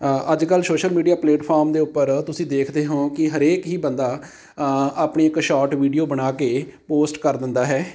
ਅੱਜ ਕੱਲ੍ਹ social media platform ਦੇ ਉੱਪਰ ਤੁਸੀਂ ਦੇਖਦੇ ਹੋ ਕਿ ਹਰੇਕ ਹੀ ਬੰਦਾ ਆਪਣੀ ਇੱਕ ਸ਼ੋਰਟ ਵੀਡੀਓ ਬਣਾ ਕੇ ਪੋਸਟ ਕਰ ਦਿੰਦਾ ਹੈ